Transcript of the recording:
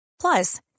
Plus